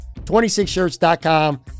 26shirts.com